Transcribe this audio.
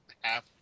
half